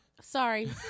Sorry